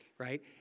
right